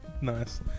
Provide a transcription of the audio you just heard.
Nice